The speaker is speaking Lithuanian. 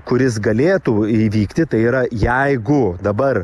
kuris galėtų įvykti tai yra jeigu dabar